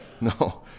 No